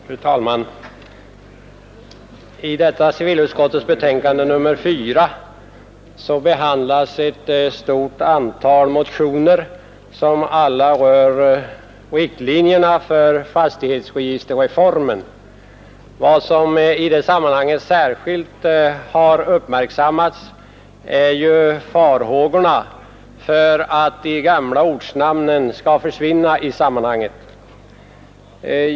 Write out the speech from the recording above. Fru talman! I detta civilutskottets betänkande nr 4 behandlas ett stort antal motioner, som alla rör riktlinjerna för fastighetsregisterreformen. Vad som i det sammanhanget särskilt har uppmärksammats är ju farhågorna för att de gamla ortnamnen skall försvinna.